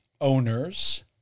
owners